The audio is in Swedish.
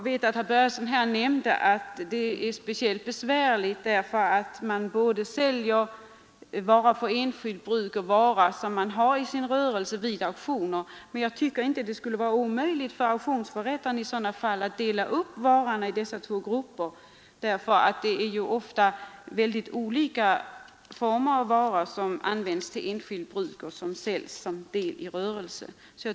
Herr Börjesson nämnde att detta är speciellt besvärligt därför att man vid auktioner säljer både varor för enskilt bruk och varor för bruk i rörelse. Men jag tycker inte att det skulle vara omöjligt för auktionsförrättaren att i sådana fall dela upp varorna i dessa två grupper. Det är ofta mycket olika slag av varor som används för enskilt bruk respektive som del i rörelse.